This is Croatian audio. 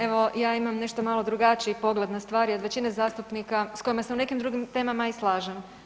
Evo ja imam nešto malo drugačiji pogled na stvari od većine zastupnika s kojima se u nekim drugim temama i slažem.